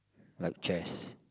like chairs